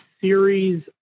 series